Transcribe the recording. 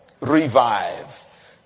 revive